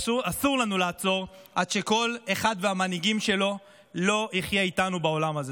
אסור לנו לעצור עד שכל אחד מהמנהיגים שלו לא יחיה איתנו בעולם הזה.